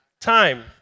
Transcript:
time